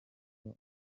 kuba